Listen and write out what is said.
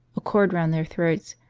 a cord round their throats,